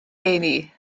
eni